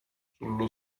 sullo